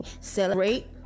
Celebrate